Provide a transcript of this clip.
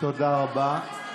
תודה רבה.